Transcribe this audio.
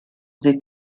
sie